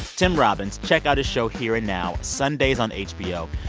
tim robbins. check out his show here and now sundays on hbo.